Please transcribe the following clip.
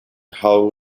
how